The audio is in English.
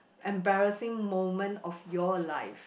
embarrassing moment of your life